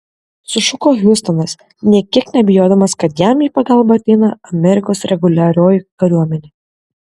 sušuko hiustonas nė kiek neabejodamas kad jam į pagalbą ateina amerikos reguliarioji kariuomenė